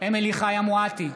אמילי חיה מואטי,